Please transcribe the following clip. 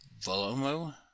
Volomo